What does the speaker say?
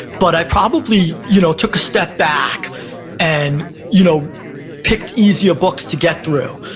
but i probably you know took a step back and you know picked easier books to get through.